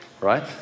right